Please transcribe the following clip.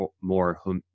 more